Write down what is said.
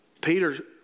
Peter